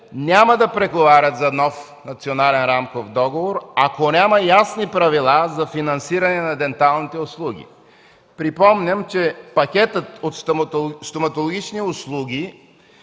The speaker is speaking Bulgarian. няма да преговаря за нов национален рамков договор, ако няма ясни правила за финансиране на денталните услуги. Припомням, че пакетът от стоматологични услуги